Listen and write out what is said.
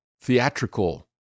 theatrical